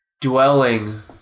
dwelling